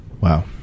Wow